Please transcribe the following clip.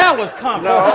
yeah was coming.